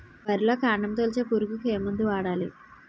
వరిలో కాండము తొలిచే పురుగుకు ఏ మందు వాడాలి?